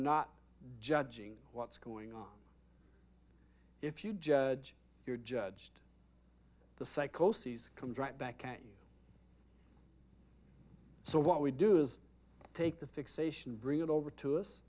not judging what's going on if you judge you're judged the psychoses comes right back and so what we do is take the fixation bring it over to us